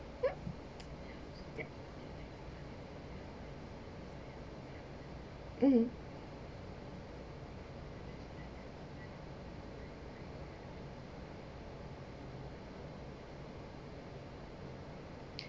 mm